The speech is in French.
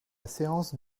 séance